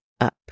up